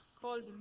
called